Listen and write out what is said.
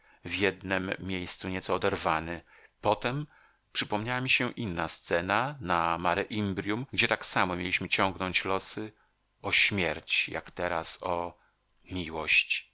w jednem miejscu nieco oderwany potem przypomniała mi się inna scena na mare imbrium gdzie tak samo mieliśmy ciągnąć losy o śmierć jak teraz o miłość